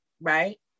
right